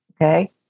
Okay